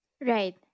Right